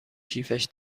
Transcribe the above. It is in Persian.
کیفش